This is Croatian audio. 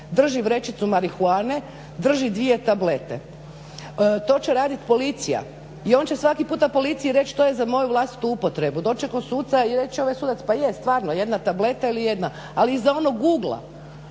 drži vrećicu marihuane, drži dvije tablete. To će raditi Policija. I on će svaki puta Policiji reći to je za moju vlastitu upotrebu. Doći će kod suca i reći će ovaj sudac pa je stvarno jedna tableta, ali iza onog ugla